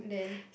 then